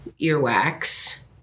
earwax